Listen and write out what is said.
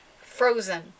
Frozen